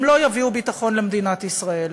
הם לא יביאו ביטחון למדינת ישראל,